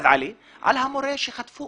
חטפו